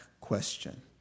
question